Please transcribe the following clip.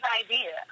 idea